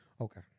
okay